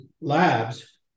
labs